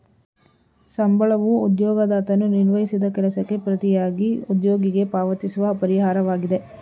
ಸಂಬಳವೂ ಉದ್ಯೋಗದಾತನು ನಿರ್ವಹಿಸಿದ ಕೆಲಸಕ್ಕೆ ಪ್ರತಿಯಾಗಿ ಉದ್ಯೋಗಿಗೆ ಪಾವತಿಸುವ ಪರಿಹಾರವಾಗಿದೆ